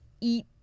eat